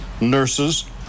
nurses